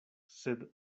sed